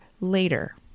later